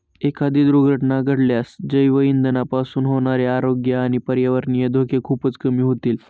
एखादी दुर्घटना घडल्यास जैवइंधनापासून होणारे आरोग्य आणि पर्यावरणीय धोके खूपच कमी होतील